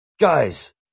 guys